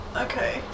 okay